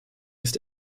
ist